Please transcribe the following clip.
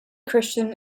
christian